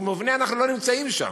במובנה, אנחנו לא נמצאים שם.